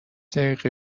دقیقه